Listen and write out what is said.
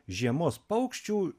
žiemos paukščių